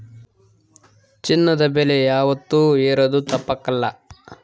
ಚಿನ್ನದ ಬೆಲೆ ಯಾವಾತ್ತೂ ಏರೋದು ತಪ್ಪಕಲ್ಲ